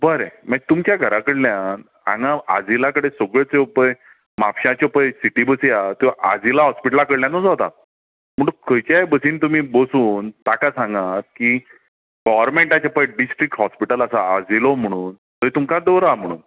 बरें मागीर तुमच्या घरा कडल्यान हांगा आजिलॉ कडेन सगळ्यो त्यो पय म्हापशाच्यो पय सिटी बशीं हा त्यो आजिलॉ हॅास्पिटला कडल्यानूच वतात म्हूण खंयच्याय बसीन तुमी बसून ताका सांगात की गोवरमेन्टाचे पय डिस्ट्रीक हॅास्पिटल आसा आजिलो म्हुणून थंय तुमका दवरा म्हुणून